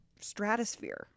stratosphere